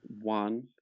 one